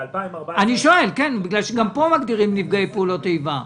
ב-2014 --- אני שואל בגלל שגם פה מגדירים נפגעי פעולות איבה.